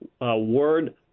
word